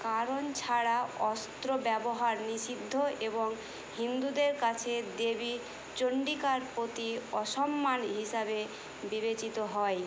কারণ ছাড়া অস্ত্র ব্যবহার নিষিদ্ধ এবং হিন্দুদের কাছে দেবী চণ্ডিকার প্রতি অসম্মান হিসাবে বিবেচিত হয়